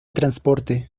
transporte